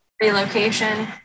Relocation